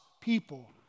people